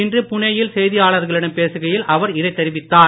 இன்று புனே யில் செய்தியாளர்களிடம் பேசுகையில் அவர் இதைத் தெரிவித்தார்